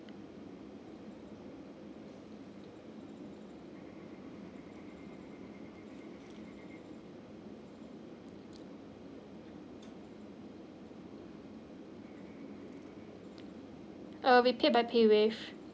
uh we pay by Paywave